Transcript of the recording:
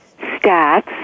stats